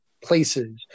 places